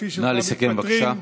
והחליפי שלך מתפטרים, נא לסכם, בבקשה.